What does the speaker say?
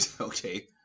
Okay